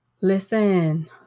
Listen